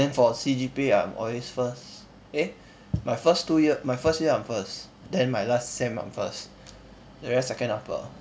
then for C_G_P_A I'm always first eh my first two year my first year I'm first then my last sem not first the rest second upper